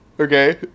Okay